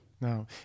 No